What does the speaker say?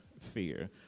fear